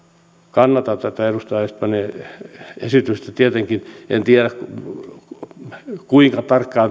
kannatan tätä edustaja östmanin esitystä tietenkin en tiedä kuinka tarkkaan